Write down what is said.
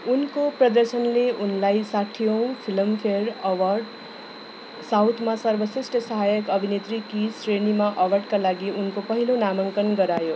उनको प्रदर्शनले उनलाई साठीऔँ फिल्मफेयर अवार्ड साउथमा सर्वश्रेष्ठ सहायक अभिनेत्रीको श्रेणीमा अवार्डका लागि उनको पहिलो नामाङ्कन गरायो